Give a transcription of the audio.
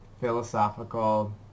philosophical